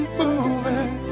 moving